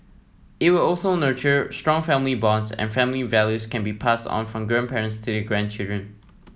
it will also nurture strong family bonds and family values can be pass on from grandparents to their grandchildren